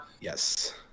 Yes